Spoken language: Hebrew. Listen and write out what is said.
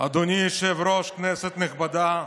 אדוני היושב-ראש, כנסת נכבדה,